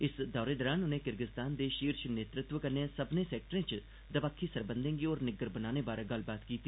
इस दौरे दौरान उनें किर्गिज़तान दे षीर्श नेतृत्व कन्नै सब्मनें सैक्टरें च दपक्खी सरबंधें गी होर निग्गर बनाने बारै गल्लबात कीती